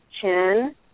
chin